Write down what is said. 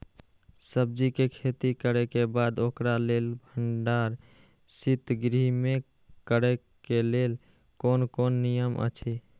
सब्जीके खेती करे के बाद ओकरा लेल भण्डार शित गृह में करे के लेल कोन कोन नियम अछि?